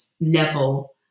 level